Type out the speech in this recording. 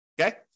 Okay